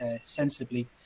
sensibly